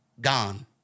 gone